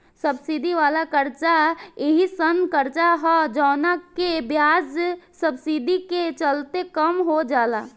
subsidy वाला कर्जा एयीसन कर्जा ह जवना के ब्याज सब्सिडी के चलते कम हो जाला